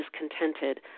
discontented